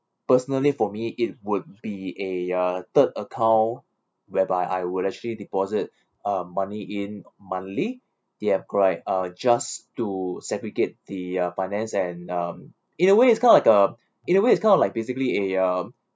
personally for me it would be a uh third account whereby I will actually deposit uh money in monthly the uh just to segregate the uh finance and um in a way it's kind like uh in a way it's kind of like basically a um